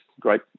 great